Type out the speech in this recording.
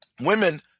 women